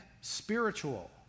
spiritual